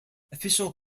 official